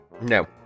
No